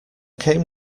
came